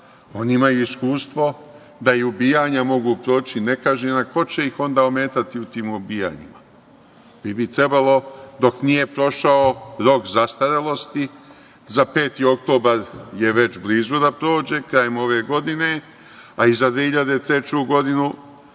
oni imaju iskustvo da i ubijanja mogu proći nekažnjena, a ko će ih onda ometati u tim ubijanjima? Vi bi trebalo, dok nije prošao rok zastarelosti, za 5. oktobar je već blizu da prođe, krajem ove godine, a i za 2003. godinu…